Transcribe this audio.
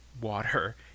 water